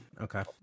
okay